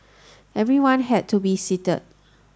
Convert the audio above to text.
everyone had to be seated